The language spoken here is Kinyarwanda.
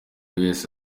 wese